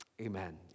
Amen